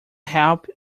help